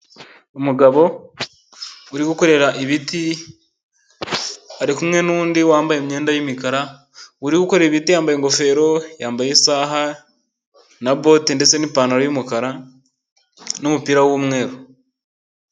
Umugabo uri gukorera ibiti ari kumwe n'undi wambaye imyenda y'imikara, uwo uri gukorera ibiti yambaye ingofero, yambaye isaha, na bote ndetse n'ipantaro y'umukara n'umupira w'umweru.